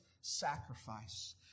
sacrifice